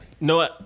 No